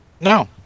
No